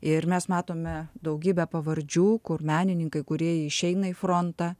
ir mes matome daugybę pavardžių kur menininkai kurie išeina į frontą